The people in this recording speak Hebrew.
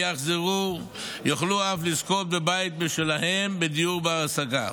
וכשיחזרו יוכלו אף לזכות בבית משלהם בדיור בר השגה.